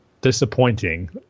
disappointing